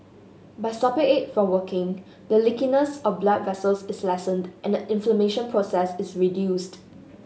by stopping it for working the leakiness of blood vessels is lessened and the inflammation process is reduced